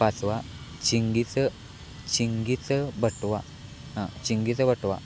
पाचवा चिंगीचं चिंगीचं बटवा हां चिंगीचं बटवा